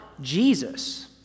Jesus